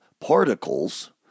particles